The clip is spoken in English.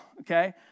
Okay